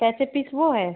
कैसे पीस वह है